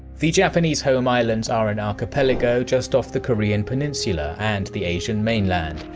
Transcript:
the japanese home islands are an archipelago just off the korean peninsula and the asian mainland,